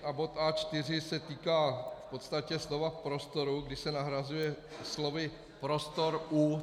A bod A4 se týká v podstatě slova v prostoru, kdy se nahrazuje slovy prostor u.